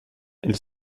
elle